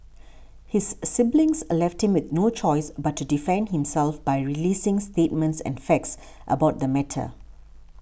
his siblings a left him with no choice but to defend himself by releasing statements and facts about the matter